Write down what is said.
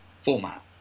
format